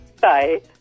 Bye